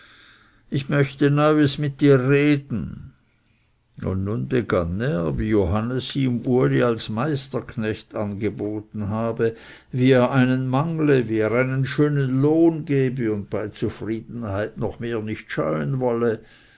ich möchte neuis mit dir reden nun begann er wie johannes ihm uli als meisterknecht angeboten habe wie er einen mangle wie er einen schönen lohn gebe und bei zufriedenheit noch mehr nicht scheuen wolle